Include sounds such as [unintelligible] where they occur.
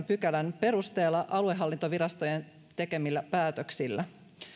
[unintelligible] pykälän perusteella aluehallintovirastojen tekemillä päätöksillä